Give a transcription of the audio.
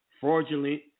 fraudulent